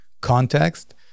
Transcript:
context